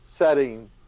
setting